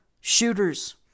shooters